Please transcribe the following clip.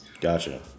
Gotcha